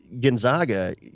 Gonzaga